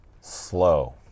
slow